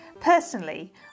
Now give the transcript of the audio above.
Personally